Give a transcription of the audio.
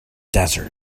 desert